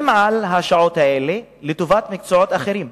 על השעות האלה לטובת מקצועות אחרים,